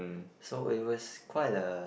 so it was quite a